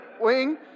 wing